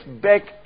back